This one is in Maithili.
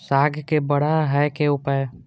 साग के बड़ा है के उपाय?